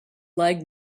leg